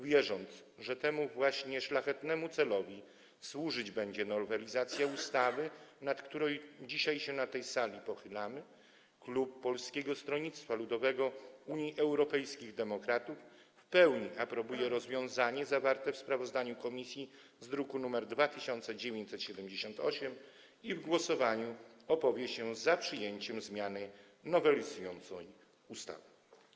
Wierząc, że temu właśnie szlachetnemu celowi służyć będzie nowelizacja ustawy, nad którą dzisiaj się na tej sali pochylamy, Klub Poselski Polskiego Stronnictwa Ludowego - Unii Europejskich Demokratów w pełni aprobuje rozwiązanie zawarte w sprawozdaniu komisji z druku nr 2978 i w głosowaniu opowie się za przyjęciem zmiany nowelizującej ustawę.